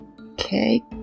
Okay